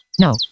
No